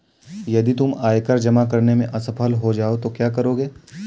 यदि तुम आयकर जमा करने में असफल हो जाओ तो क्या करोगे?